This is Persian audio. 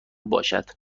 باشد